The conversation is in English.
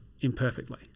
imperfectly